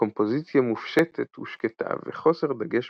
קומפוזיציה מופשטת ושקטה וחוסר דגש